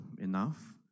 enough